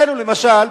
למשל,